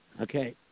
Okay